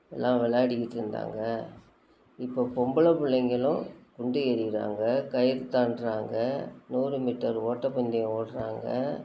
எல்லாம் விளையாடிகிட்ருந்தாங்க இப்போது பொம்பளை பிள்ளைங்களும் குண்டு எறிகிறாங்க கயிறு தாண்டுகிறாங்க நூறு மீட்டர் ஓட்டப்பந்தயம் ஓடுகிறாங்க